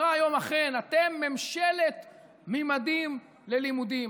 היא אמרה היום, אכן, אתם ממשלת ממדים ללימודים.